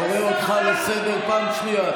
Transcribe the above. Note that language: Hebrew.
אני קורא אותך לסדר פעם שנייה.